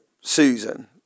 Susan